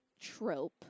trope